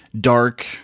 dark